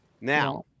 Now